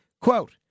quote